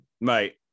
mate